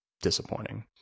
disappointing